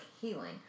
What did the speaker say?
healing